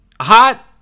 hot